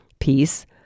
peace